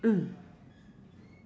mm